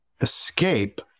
escape